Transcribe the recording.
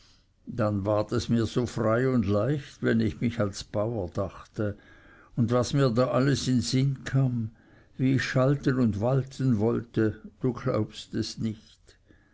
dann ward es mir so frei und leicht wenn ich mich als bauer dachte und was mir da alles in sinn kam wie ich schalten und walten wollte du glaubst es nicht